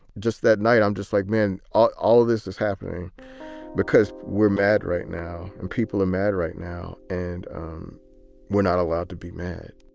just that night. i'm just like, man, all all of this is happening because we're mad right now and people are mad right now. and we're not allowed to be mad